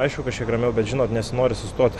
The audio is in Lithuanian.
aišku kažkiek ramiau bet žinot nesinori sustot